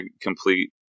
Complete